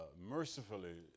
mercifully